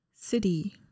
city